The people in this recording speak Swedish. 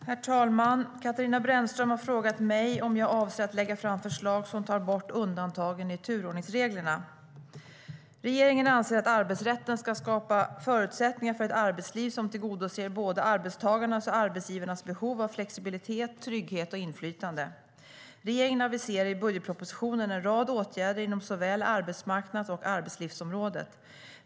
Svar på interpellationer Herr talman! Katarina Brännström har frågat mig om jag avser att lägga fram förslag som tar bort undantaget i turordningsreglerna. Regeringen anser att arbetsrätten ska skapa förutsättningar för ett arbetsliv som tillgodoser både arbetstagarnas och arbetsgivarnas behov av flexibilitet, trygghet och inflytande. Regeringen aviserar i budgetpropositionen en rad åtgärder inom såväl arbetsmarknads som arbetslivsområdet.